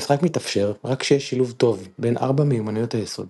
המשחק מתאפשר רק כשיש שילוב טוב בין ארבע מיומנויות היסוד